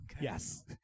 Yes